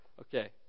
Okay